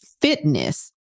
fitness